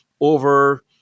over